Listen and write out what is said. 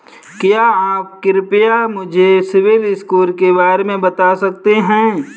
क्या आप कृपया मुझे सिबिल स्कोर के बारे में बता सकते हैं?